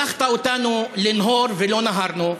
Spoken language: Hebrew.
שלחת אותנו לנהור ולא נהרנו,